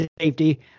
safety